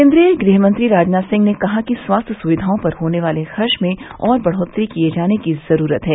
केन्द्रीय गृह मंत्री राजनाथ सिंह ने कहा कि स्वास्थ्य सुविधाओं पर होने वाले खर्च में और बढ़ोत्तरी किये जाने की ज़रूरत है